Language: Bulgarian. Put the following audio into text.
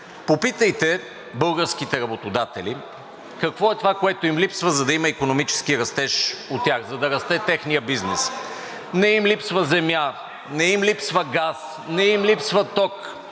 Попитайте българските работодатели какво е това, което им липсва, за да има икономически растеж у тях, за да расте техният бизнес. Не им липсва земя, не им липсва газ, не им липсва ток.